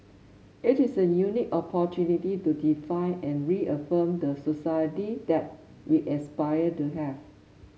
it is a unique opportunity to define and reaffirm the society that we aspire to have